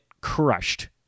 crushed